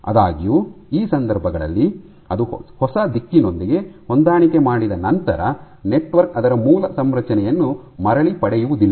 ಆದಾಗ್ಯೂ ಈ ಸಂದರ್ಭಗಳಲ್ಲಿ ಅದು ಹೊಸ ದಿಕ್ಕಿನೊಂದಿಗೆ ಹೊಂದಾಣಿಕೆ ಮಾಡಿದ ನಂತರ ನೆಟ್ವರ್ಕ್ ಅದರ ಮೂಲ ಸಂರಚನೆಯನ್ನು ಮರಳಿ ಪಡೆಯುವುದಿಲ್ಲ